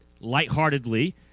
lightheartedly